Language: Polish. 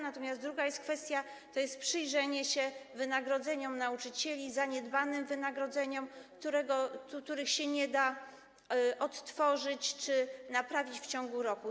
Natomiast druga kwestia to przyjrzenie się wynagrodzeniom nauczycieli, zaniedbanym wynagrodzeniom, których się nie da odtworzyć czy naprawić w ciągu roku.